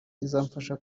izamfasha